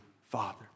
Father